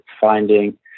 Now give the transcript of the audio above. finding